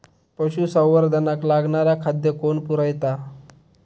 पशुसंवर्धनाक लागणारा खादय कोण पुरयता?